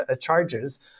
charges